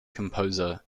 composer